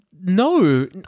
no